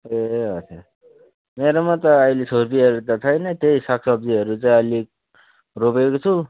ए अच्छा मेरोमा त अहिले छुर्पीहरू त छैन त्यही सागसब्जीहरू चाहिँ अलिक रोपेको छु